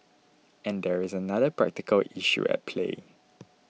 and there is another practical issue at play